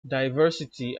diversity